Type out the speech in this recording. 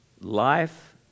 Life